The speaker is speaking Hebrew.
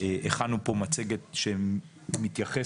הכנו פה מצגת שמתייחסת,